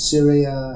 Syria